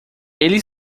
ele